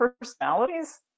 personalities